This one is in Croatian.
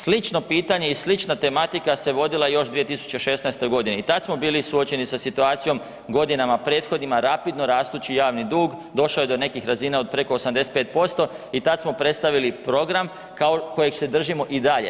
Slično pitanje i slična tematika se vodila još 2016. godine i tad smo bili suočeni sa situacijom, godinama prethodnima rapidno rastući javni dug došao je do nekih razina od preko 85% i tad smo predstavili program kojeg se držimo i dalje.